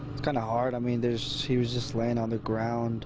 kind of hard. i mean, there's he was just laying on the ground